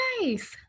nice